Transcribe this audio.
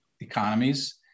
economies